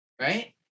right